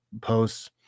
posts